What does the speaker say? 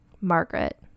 Margaret